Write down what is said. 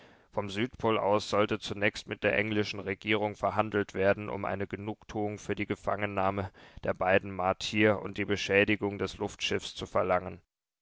vom südpol aus sollte zunächst mit der englischen regierung verhandelt werden um eine genugtuung für die gefangennahme der beiden martier und die beschädigung des luftschiffs zu verlangen